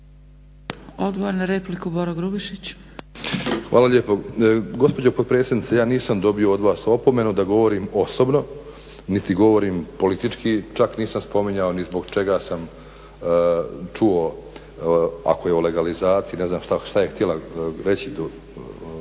**Grubišić, Boro (HDSSB)** Hvala lijepo. Gospođo potpredsjednice, ja nisam dobio od vas opomenu da govorim osobno, niti govorim politički. Čak nisam spominjao ni zbog čega sam čuo ako je o legalizaciji, ne znam šta je htjela reći dama